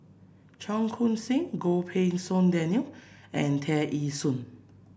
Cheong Koon Seng Goh Pei Siong Daniel and Tear Ee Soon